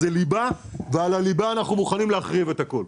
זאת הליבה ועל הליבה אנחנו מוכנים להחריב את הכול.